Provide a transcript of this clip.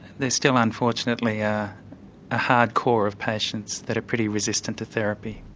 there's still unfortunately a ah hard core of patients that are pretty resistant to therapy.